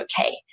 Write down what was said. okay